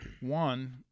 One